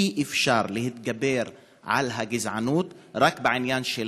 אי-אפשר להתגבר על הגזענות רק בעניין של